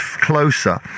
closer